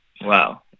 wow